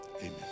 amen